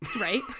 Right